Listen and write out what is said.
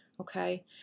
Okay